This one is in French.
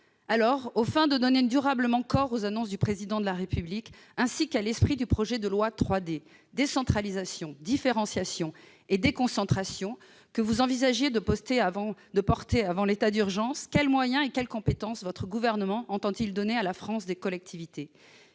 Alors, aux fins de donner durablement corps aux annonces du Président de la République, ainsi qu'à l'esprit du projet de loi 3D- décentralisation, différenciation et déconcentration -, qu'il envisageait de présenter avant l'état d'urgence, quels moyens et quelles compétences le Gouvernement entend-il donner à la France des collectivités ?